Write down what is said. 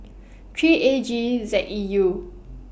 three A G Z E U